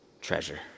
treasure